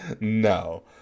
No